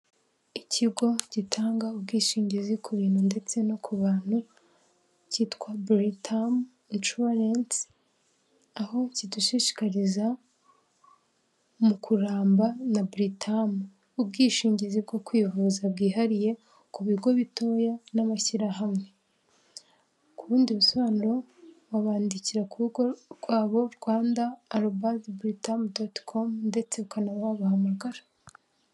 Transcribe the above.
Ikigo gitanga ubwishingizi ku bintu ndetse no ku bantu cyitwa buritamu insurence aho kidushishikariza mu kuramba na buritamu. Ubwishingizi bwo kwivuza bwihariye ku bigo bitoya n'amashyirahamwe ku bubindi bisobanuro babandikira ku rubuga rwabo rwanda albad britatt.com ndetse ukanababahamagara.